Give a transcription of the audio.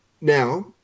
Now